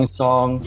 song